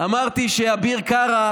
אמרתי שאביר קארה